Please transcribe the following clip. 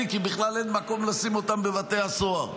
כי בכלל אין מקום לשים אותם בבתי הסוהר?